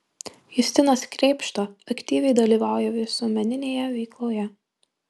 justinas krėpšta aktyviai dalyvauja visuomeninėje veikloje